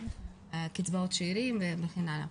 קצבאות שארים וכן הלאה.